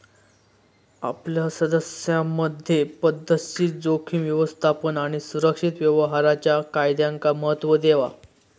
आपल्या सदस्यांमधे पध्दतशीर जोखीम व्यवस्थापन आणि सुरक्षित व्यवहाराच्या फायद्यांका महत्त्व देवा